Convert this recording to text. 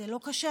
זה לא קשה,